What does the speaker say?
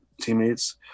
teammates